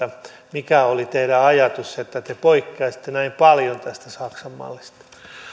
mikä oli teidän ajatuksenne että te poikkeaisitte näin paljon tästä saksan mallista